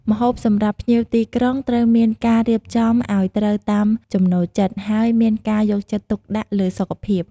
ម្ហូបសម្រាប់ភ្ញៀវទីក្រុងត្រូវមានការរៀបចំអោយត្រូវតាមចំណូលចិត្ត ហើយមានការយកចិត្តទុកដាក់លើសុខភាព។